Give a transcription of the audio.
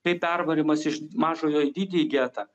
tai pervarymas iš mažojo į didįjį getą